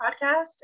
podcast